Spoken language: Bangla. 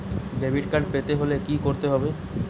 ডেবিটকার্ড পেতে হলে কি করতে হবে?